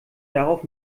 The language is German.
darauf